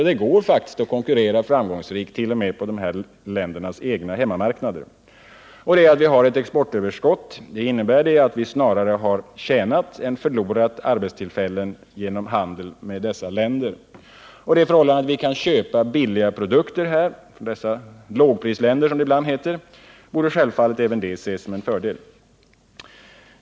Det går således att konkurrera framgångsrikt t.o.m. på de här ländernas egna hemmamarknader. Att vi har ett exportöverskott innebär också att vi snarare har tjänat än förlorat arbetstillfällen genom handel med dessa länder. Det förhållandet att vi kan köpa billiga produkter från dessa lågprisländer, som de ibland kallas, borde självfallet även det ses som en fördel.